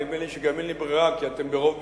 נדמה לי גם שאין לי ברירה, כי אתם ברוב.